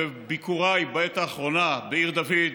בביקוריי בעת האחרונה בעיר דוד,